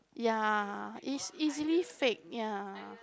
ya is easily fake ya